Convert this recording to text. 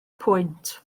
pwynt